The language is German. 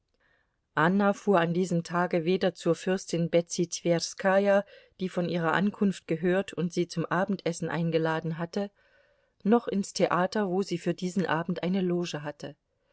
anna fuhr an diesem tage weder zur fürstin betsy twerskaja die von ihrer ankunft gehört und sie zum abendessen eingeladen hatte noch ins theater wo sie für diesen abend eine loge hatte